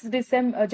December